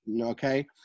Okay